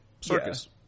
circus